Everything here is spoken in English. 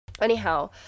Anyhow